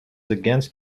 against